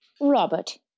Robert